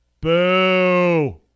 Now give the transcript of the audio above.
boo